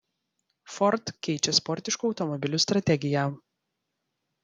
ford keičia sportiškų automobilių strategiją